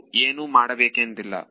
ನಾವು ಏನೂ ಮಾಡಬೇಕೆಂದಿಲ್ಲ